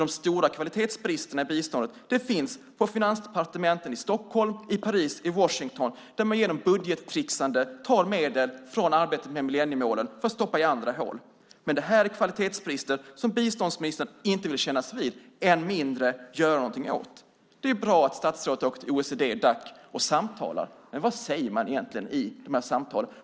De stora kvalitetsbristerna i biståndet finns på finansdepartementen i Stockholm, Paris och Washington, där man genom budgettricksande tar medel från arbetet med millenniemålen för att stoppa i andra hål. Men det är kvalitetsbrister som biståndsministern inte vill kännas vid, än mindre göra något åt. Det är bra att statsrådet åker till OECD-Dac och samtalar. Men vad säger man egentligen i de samtalen?